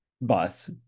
bus